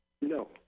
No